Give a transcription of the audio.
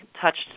touched